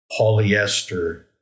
polyester